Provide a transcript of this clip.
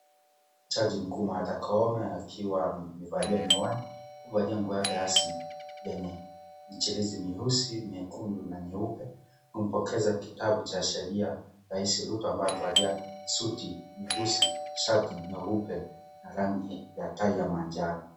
Jaji mkuu Martha Koome akiwa amevalia miwani akiwa amevalia nguo ya rasmi yenye michirizi mieusi , miekundu na mieupe akimpokeza kitabu cha sheria rais Ruto ambaye amevalia suti nyeusi shati nyeupe na rangi ya tai ya manjano.